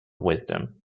wisdom